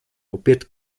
opět